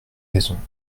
raisons